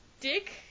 Dick